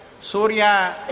Surya